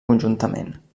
conjuntament